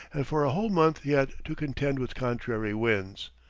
and for a whole month he had to contend with contrary winds.